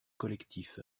collectif